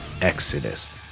Exodus